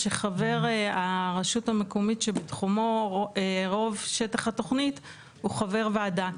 שחבר הרשות המקומית שבתחומו רוב שטח התוכנית הוא חבר ועדה,